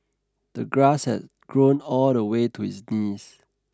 the grass had grown all the way to his knees